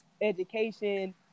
education